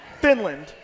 Finland